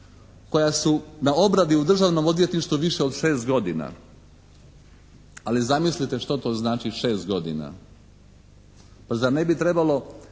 koja su na obradi u Državnom odvjetništvu više od 6 godina, ali zamislite što to znači 6 godina. Zar ne bi trebalo